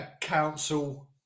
council